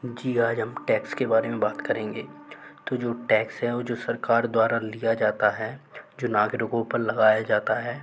जी आज हम टैक्स के बारे में बात करेंगे तो जो टैक्स है वो जो सरकार द्वारा लिया जाता है जो नागरिकों पर लगाया जाता है